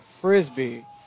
frisbee